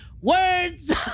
words